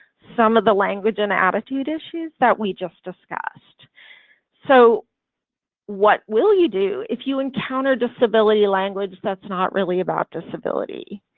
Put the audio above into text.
some of the language and attitude issues that we just discussed so what will you do if you encounter disability language that's not really about disability?